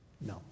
No